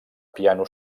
piano